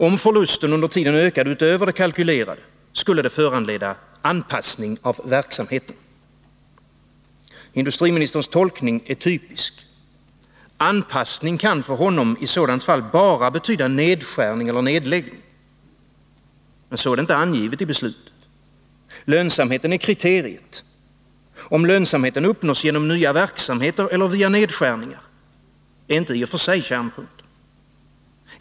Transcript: Om förlusten under tiden ökade utöver det kalkylerade skulle det föranleda anpassning av verksamheten. Industriministerns tolkning är typisk. Anpassning kan för honom i sådant fall bara betyda nedskärning eller nedläggning. Men så är det inte angivet i » beslutet. Lönsamheten är kriteriet. Om lönsamheten uppnås genom nya verksamheter eller via nedskärningar är inte i och för sig kärnpunkten.